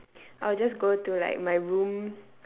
I'll just go to like my room